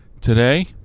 today